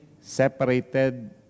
separated